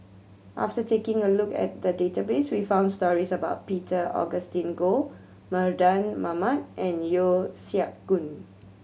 after taking a look at the database we found stories about Peter Augustine Goh Mardan Mamat and Yeo Siak Goon